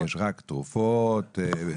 במעטפת הטיפולית השיקומית שאנחנו באים לדבר עליה.